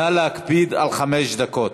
נא להקפיד על חמש דקות.